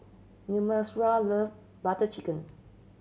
love Butter Chicken